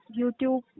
youtube